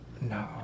No